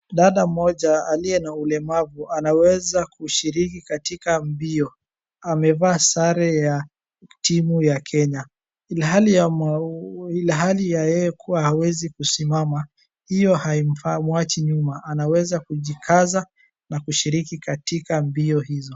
Mwanadada mmoja aliye na ulemavu anaweza kushiriki katika mbio. Amevaa sare ya timu ya Kenya. Ilhali ya mau-- ilhali ya yeye kuwa hawezi kusimama hiyo haimuwachi nyuma anaweza kujikaza na kushiriki katika mbio hizo.